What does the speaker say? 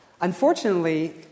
Unfortunately